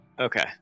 Okay